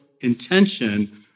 intention